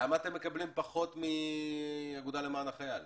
למה אתם מקבלים פחות מהאגודה למען החייל?